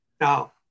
Now